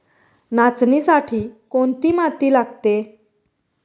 नाचणीसाठी कोणती माती लागते?